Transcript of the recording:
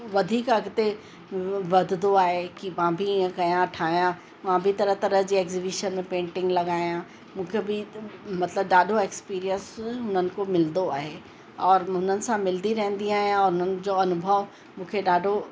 वधीक अॻिते वधंदो आहे कि मां बि ईअं कयां ठाहियां मां बि तरह तरह जी एक्सज़ीबीशन में पेंटिंग लॻायां मूंखे बि मतिलबु ॾाढो एक्सपीरीएंस हुननि खां मिलंदो आहे और हुननि सां मिलंदी रहंदी आहियां हुननि जो अनुभव मूंखे ॾाढो